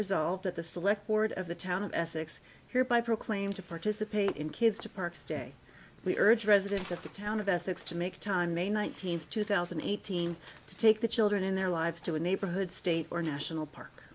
result at the select board of the town of essex hereby proclaim to participate in kids to parks day we urge residents of the town of essex to make time may nineteenth two thousand and eighteen to take the children in their lives to a neighborhood state or national park